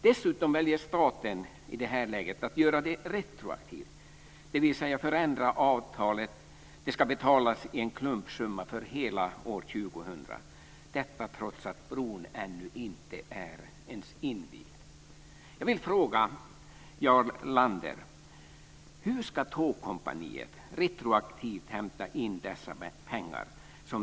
Dessutom väljer staten i det här läget att göra det retroaktivt, dvs. det förändrade avtalet ska betalas i en klumpsumma för hela år 2000, detta trots att bron ännu inte ens är invigd. Jag vill fråga Jarl Lander: Fru talman!